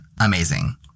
amazing